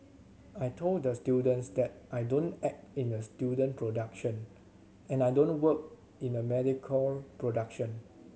I told the students that I don't act in a student production and I don't work in a mediocre production